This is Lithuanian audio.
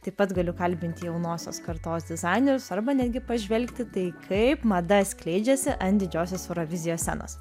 taip pat galiu kalbinti jaunosios kartos dizainerius arba netgi pažvelgti tai kaip mada skleidžiasi ant didžiosios eurovizijos scenos